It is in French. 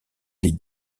les